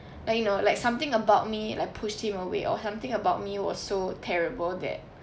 like you know like something about me like pushed him away or something about me was so terrible that